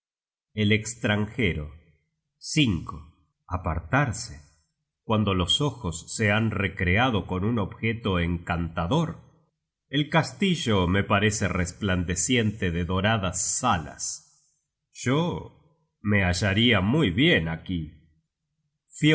el estranjero apartarse cuando los ojos se han recreado con un objeto encantador el castillo me parece resplandeciente de doradas salas yo me hallaria muy bien aquí